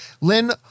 Lynn